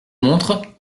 montre